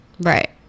right